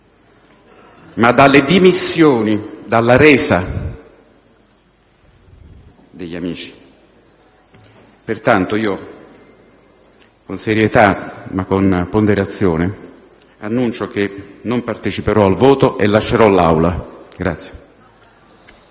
ma dalle dimissioni e dalla resa degli amici. Pertanto, con serietà ma con ponderazione, annuncio che non parteciperò al voto e uscirò dall'Aula.